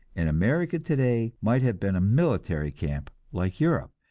and america today might have been a military camp like europe,